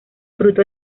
fruto